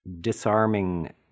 disarming